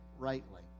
Rightly